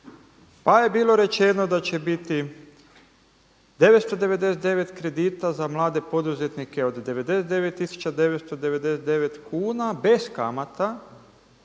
pa je bilo rečeno da će biti 999 kredita za mlade poduzetnike od 99.999 kuna bez kamata